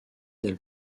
del